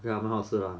ya 很好好吃 ah